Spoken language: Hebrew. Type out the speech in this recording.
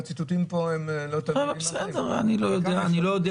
שהציטוטים פה הם לא תמיד --- אני לא יודע.